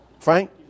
Frank